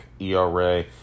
ERA